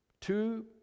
two